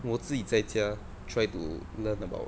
我自己在家 try to learn about